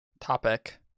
topic